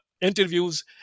interviews